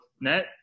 net